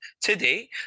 today